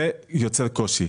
זה דבר שיוצר קושי.